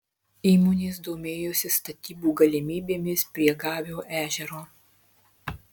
įmonės domėjosi statybų galimybėmis prie gavio ežero